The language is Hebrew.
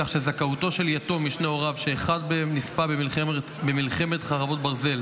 כך שזכאותו של יתום משני הוריו שאחד מהם נספה במלחמת חרבות ברזל,